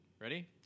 Ready